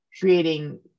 creating